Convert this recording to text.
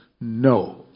No